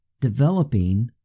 developing